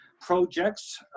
projects